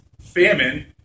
famine